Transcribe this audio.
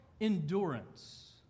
Endurance